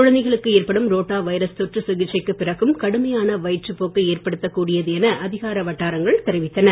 குழந்தைகளுக்கு ஏற்படும் rotavirus தொற்று சிகிச்சைக்குப் பிறகும் கடுமையான வயிற்றுப் போக்கை ஏற்படுத்தக் கூடியது என அதிகார வட்டாரங்கள் தெரிவித்தன